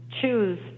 choose